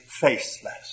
faceless